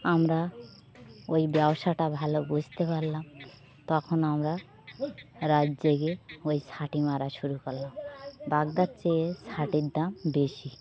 আমরা ওই ব্যবসাটা ভালো বুঝতে পারলাম তখন আমরা রাত জেগে ওই ছাটি মারা শুরু করলাম বাগদার চেয়ে ছাটির দাম বেশি